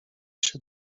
się